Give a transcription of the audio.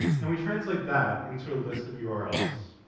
and we translate that into a list of yeah urls.